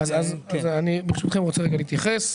ברשותכם, אני רוצה להתייחס.